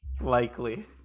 likely